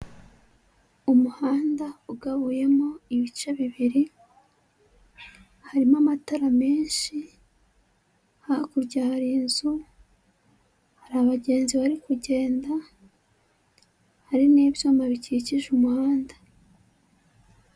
Umuhanda ugabuyemo ibice bibiri; harimo amatara menshi, hakurya hari inzu, hari abagenzi bari kugenda, hari n'ibyuma bikikije umuhanda.